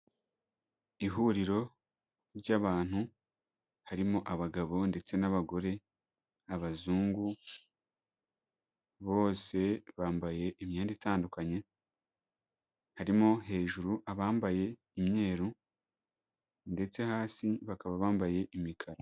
Ihuriro ry'abantu harimo abagabo ndetse n'abagore n'abazungu, bose bambaye imyenda itandukanye harimo; hejuru abambaye imweru ndetse hasi bakaba bambaye imikara.